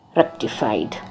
rectified